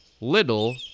Little